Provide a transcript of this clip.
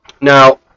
Now